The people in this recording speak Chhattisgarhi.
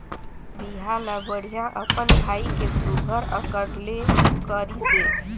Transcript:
बिहा ल बड़िहा अपन भाई के सुग्घर अकन ले करिसे